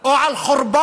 או על חורבות